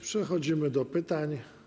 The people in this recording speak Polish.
Przechodzimy do pytań.